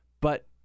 But-